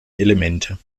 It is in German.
elemente